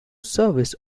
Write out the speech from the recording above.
service